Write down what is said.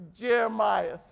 Jeremiah